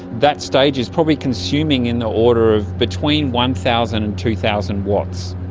that stage is probably consuming in the order of between one thousand and two thousand watts.